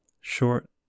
Short